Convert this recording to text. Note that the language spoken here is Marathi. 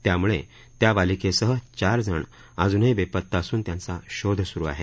त्यामुळे त्या बालिकेसह चार जण अजूनही बेपत्ता असून त्यांचा शोध सुरू आहे